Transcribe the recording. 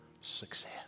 success